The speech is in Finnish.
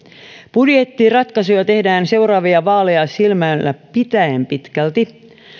budjettiratkaisuja tehdään pitkälti seuraavia vaaleja silmällä pitäen